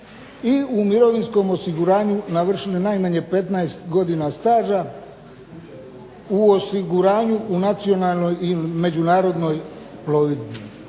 i u mirovinskom osiguranju navršili najmanje 15 godina staža u osiguranju u nacionalnoj i međunarodnoj plovidbi.